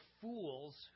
fools